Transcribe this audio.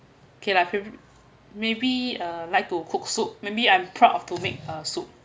okay lah I feel maybe uh like to cook soup maybe I'm proud of to make a soup